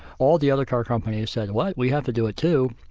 all the other car companies said, well, we have to do it too',